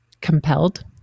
compelled